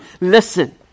listen